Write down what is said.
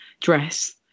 dress